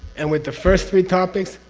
and with the first three topics,